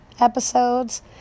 episodes